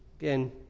Again